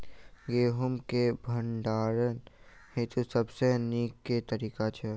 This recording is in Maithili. गेंहूँ केँ भण्डारण हेतु सबसँ नीक केँ तरीका छै?